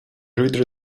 reader